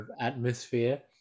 atmosphere